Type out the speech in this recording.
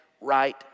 right